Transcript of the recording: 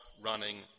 running